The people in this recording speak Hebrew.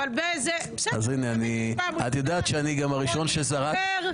מעולם לא נזרקתי מוועדה.